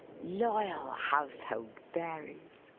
loyal household fairies!